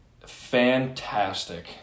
fantastic